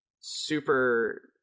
Super